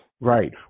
Right